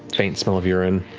faint smell of urine,